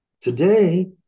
Today